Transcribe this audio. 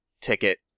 ticket